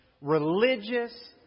religious